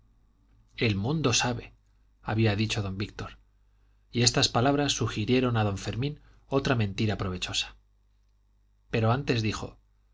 el mundo sabe había dicho don víctor y estas palabras sugirieron a don fermín otra mentira provechosa pero antes dijo